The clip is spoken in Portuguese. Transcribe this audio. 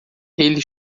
ele